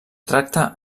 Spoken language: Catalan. tracta